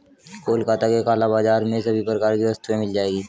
कोलकाता के काला बाजार में सभी प्रकार की वस्तुएं मिल जाएगी